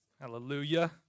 Hallelujah